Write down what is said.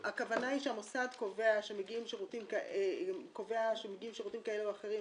הכוונה היא שהמוסד קובע שמגיעים שירותים כאלה או אחרים,